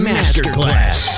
Masterclass